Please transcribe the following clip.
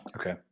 Okay